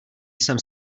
jsem